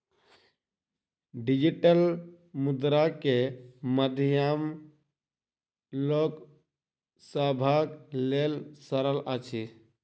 digital मुद्रा के माध्यम लोक सभक लेल सरल अछि